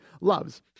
loves